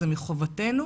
זה מחובתנו